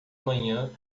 manhã